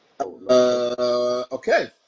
Okay